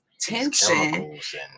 tension